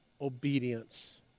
obedience